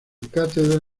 cátedra